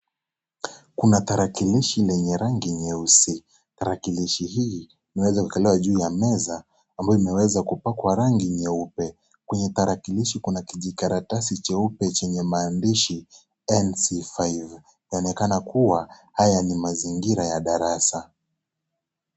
Kuna tarakilishi yenye rangi nyeusi. Tarakilishi hii imeweza kuekelewa juu ya meza ambayo imeweza kupakwa rangi nyeupe . Kwenye tarakilishi kuna kijikaratasi cheupe chenye maandishi NC5 . Inaonekana kuwa , haya ni mazingira ya darasa.